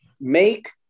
Make